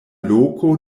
loko